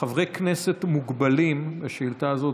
חברי הכנסת מוגבלים בשאילתה הזאת.